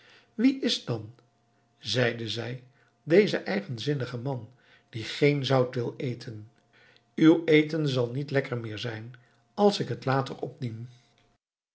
wie is dan zeide zij deze eigenzinnige man die geen zout wil eten uw eten zal niet lekker meer zijn als ik t later opdien